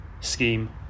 scheme